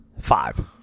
Five